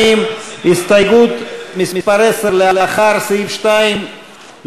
קבוצת סיעת מרצ וחברת הכנסת יעל גרמן לאחרי סעיף 2 לא